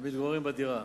המתגוררים בדירה.